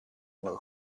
will